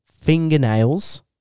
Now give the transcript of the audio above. fingernails